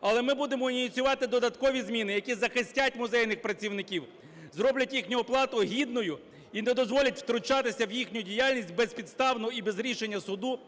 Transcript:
Але ми будемо ініціювати додаткові зміни, які захистять музейних працівників, зроблять їхню оплату гідною і не дозволять втручатися в їхню діяльність безпідставно і без рішення суду